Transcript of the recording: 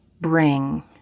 bring